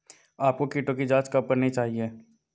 आपको कीटों की जांच कब करनी चाहिए?